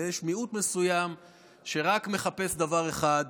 ויש מיעוט מסוים שמחפש רק דבר אחד: